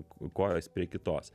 kojos prie kitos